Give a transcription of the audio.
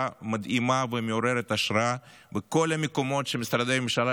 מדהימה ומעוררת השראה בכל המקומות שמשרדי הממשלה,